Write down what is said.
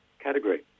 category